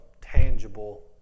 tangible